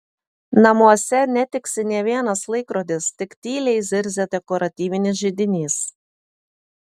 namuose netiksi nė vienas laikrodis tik tyliai zirzia dekoratyvinis židinys